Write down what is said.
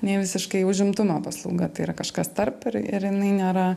nei visiškai užimtumo paslauga tai yra kažkas tarp ir ir jinai nėra